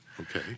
Okay